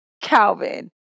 Calvin